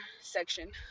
section